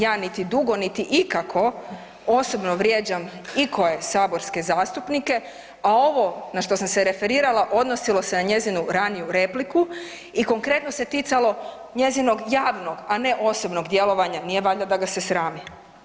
Ja niti dugo niti ikako osobno vrijeđam ikoje saborske zastupnike, a ovo na što sam se referirala, odnosilo se na njezinu raniju repliku i konkretno se ticalo njezinog javnog, a ne osobnog djelovanja, nije valjda da ga se srami.